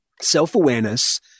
self-awareness